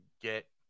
get